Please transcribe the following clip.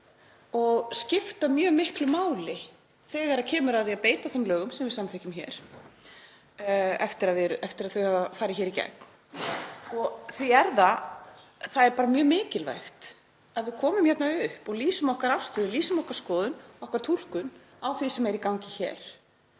og skipta mjög miklu máli þegar kemur að því að beita þeim lögum sem við samþykkjum hér eftir að þau hafa farið í gegn. Því er það mjög mikilvægt að við komum hingað upp og lýsum okkar afstöðu, lýsum okkar skoðun, okkar túlkun á því sem er í gangi hér,